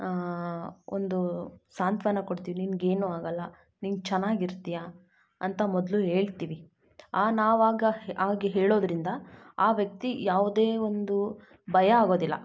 ಒಂದು ಸಾಂತ್ವನ ಕೊಡ್ತೀವಿ ನಿನ್ಗೆ ಏನೂ ಆಗೋಲ್ಲ ನೀನು ಚೆನ್ನಾಗಿ ಇರ್ತೀಯ ಅಂತ ಮೊದಲು ಹೇಳ್ತಿವಿ ಆ ನಾವು ಆಗ ಆಗ ಹೇಳೋದರಿಂದ ಆ ವ್ಯಕ್ತಿಗೆ ಯಾವುದೇ ಒಂದು ಭಯ ಆಗೋದಿಲ್ಲ